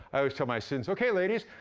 i always tell my students, okay, ladies,